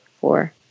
four